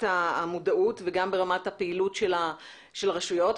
המודעות וגם ברמת הפעילות של הרשויות,